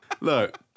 Look